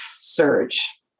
surge